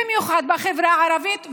במיוחד בחברה הערבית,